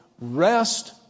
rest